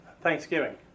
Thanksgiving